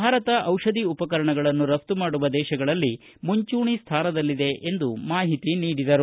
ಭಾರತ ದಿಷಧಿ ಉಪಕರಣಗಳನ್ನು ರಫ್ತು ಮಾಡುವ ದೇಶಗಳಲ್ಲಿ ಮುಂಚೂಣಿ ಸ್ಥಾನದಲ್ಲಿದೆ ಎಂದು ಮಾಹಿತಿ ನೀಡಿದರು